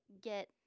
get